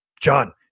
John